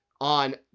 on